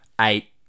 eight